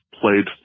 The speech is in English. played